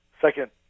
second